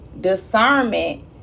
discernment